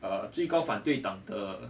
err 最高反对党的